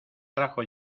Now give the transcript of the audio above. trajo